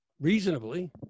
reasonably